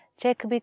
check